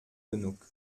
genug